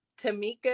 Tamika